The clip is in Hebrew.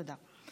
תודה.